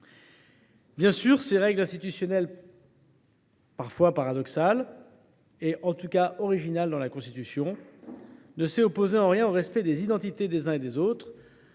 Bien sûr, ces règles institutionnelles parfois paradoxales, en tout cas originales, ne s’opposent en rien au respect des identités des uns et des autres.